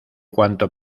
cuanto